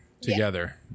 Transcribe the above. together